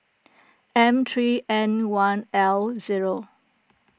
M three N one L zero